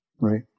Right